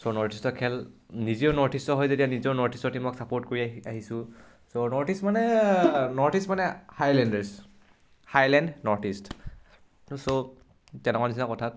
ছ' north ইষ্টৰ খেল নিজেও নৰ্থ ইষ্টৰ হয় যেতিয়া নিজৰ নৰ্থ ইষ্টৰ টীমক ছাপৰ্ট কৰি আহি আহিছো ছ' নৰ্থ ইষ্ট মানে নৰ্থ ইষ্ট মানে হাইলেণ্ডাৰছ হাইলেণ্ড নৰ্থ ইষ্ট চ' তেনেকুৱা নিচিনা কথাত